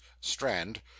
strand